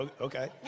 Okay